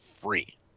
free